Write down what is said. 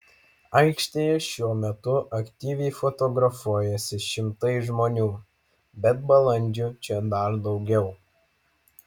aikštėje šiuo metu aktyviai fotografuojasi šimtai žmonių bet balandžių čia dar daugiau